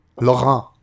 Laurent